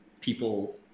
people